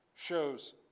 shows